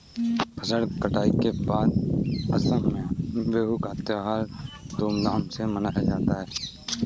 फसल कटाई के बाद असम में बिहू का त्योहार धूमधाम से मनाया जाता है